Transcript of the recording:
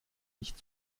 nicht